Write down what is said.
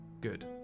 good